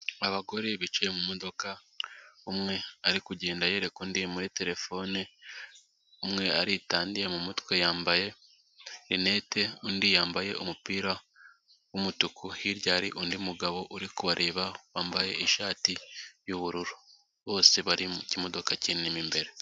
Abagore bicaye mu modoka, umwe ari kugenda yereka undi muri terefone, umwe aritandiye mu mutwe, yambaye rinete, undi yambaye umupira w'umutuku, hirya hari undi mugabo uri kubareba, wambaye ishati y'ubururu, bose bari mu kimodoka kinini imbere.